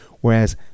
whereas